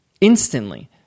instantly